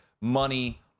money